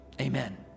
Amen